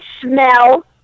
smell